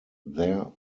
their